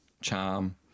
charm